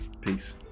Peace